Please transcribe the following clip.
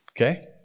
Okay